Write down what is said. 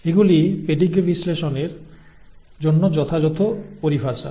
এগুলি পেডিগ্রি বিশ্লেষণের জন্য যথাযথ পরিভাষা